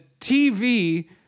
TV